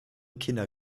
kinder